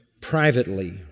privately